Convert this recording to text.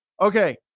okay